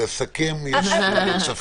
לסכם יש לי תפקיד.